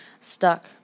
stuck